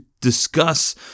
discuss